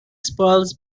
spoils